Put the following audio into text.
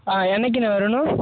ஆ என்னைக்குண்ணா வரணும்